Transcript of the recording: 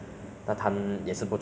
但是如果你